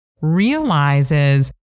realizes